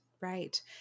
right